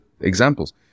examples